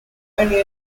only